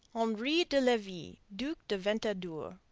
henri de levy, duc de ventadour.